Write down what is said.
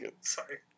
sorry